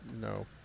No